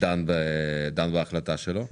דן בהחלטה שלו.